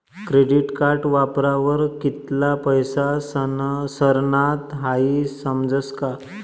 credit card वापरावर कित्ला पैसा सरनात हाई समजस का